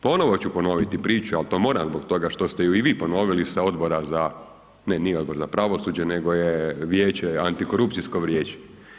Ponovno ću ponoviti priču ali to moram zbog toga što ste ju i vi ponovili sa odbora za, ne, nije Odbor za pravosuđe nego je vijeće, Antikorupcijsko vijeće.